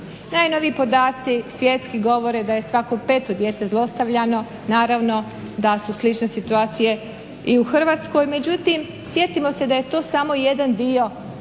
Najnoviji podaci svjetski govore da je svako 5 dijete zlostavljano, naravno da su slične situacije i u Hrvatskoj. Međutim, sjetimo se da je to samo jedan dio,